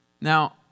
Now